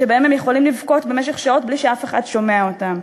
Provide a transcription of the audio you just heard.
שבהם הם יכולים לבכות במשך שעות בלי שאף אחד שומע אותם,